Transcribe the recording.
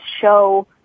show